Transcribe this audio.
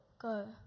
Go